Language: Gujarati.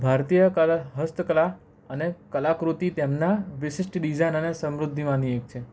ભારતીય કળા હસ્તકળા અને કલા કલાકૃતિ તેમના વિશિષ્ટ ડિઝાઇન અને સમૃદ્ધિમાંની એક છે